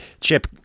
Chip